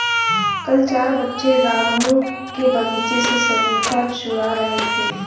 कल चार बच्चे रामू के बगीचे से शरीफा चूरा रहे थे